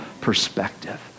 perspective